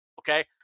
okay